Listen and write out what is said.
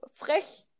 frech